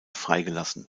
freigelassen